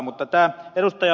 mutta tämä ed